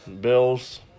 Bills